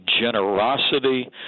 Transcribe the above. generosity